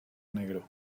negro